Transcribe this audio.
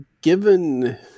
Given